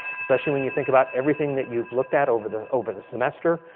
especially when you think about everything that you've looked at over the over the semester.